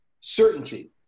certainty